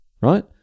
right